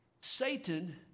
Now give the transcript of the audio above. Satan